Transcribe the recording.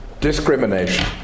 discrimination